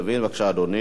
בבקשה, אדוני.